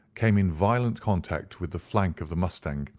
came in violent contact with the flank of the mustang,